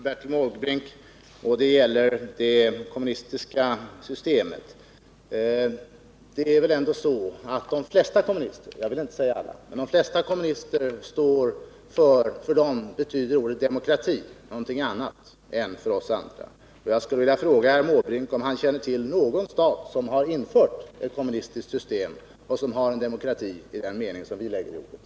Herr talman! Det är bara på en punkt som jag vill replikera Bertil Måbrink och det gäller det kommunistiska systemet. För de flesta kommunister, jag vill inte säga alla, betyder ordet demokrati någonting annat än för oss andra. Jag skulle vilja fråga herr Måbrink, om han känner till någon stat som har infört ett kommunistiskt system och som har en demokrati i den mening som vi lägger i ordet.